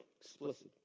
explicit